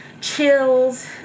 chills